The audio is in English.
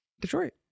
Detroit